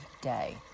day